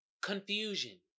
Confusion